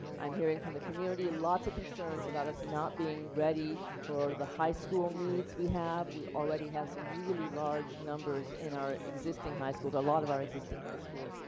i'm hearing from the community lots of concerns about us not being ready for the high school needs we have, we already have some really large numbers in our existing high schools, a lot of our existing high schools.